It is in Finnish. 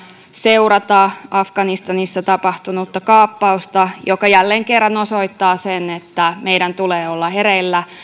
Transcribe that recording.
seurata afganistanissa tapahtunutta kaappausta mikä jälleen kerran osoittaa sen että meidän tulee olla hereillä